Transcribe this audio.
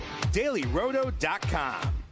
DailyRoto.com